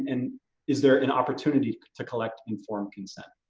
and is there an opportunity to collect informed consent?